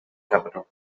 capital